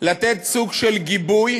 לתת סוג של גיבוי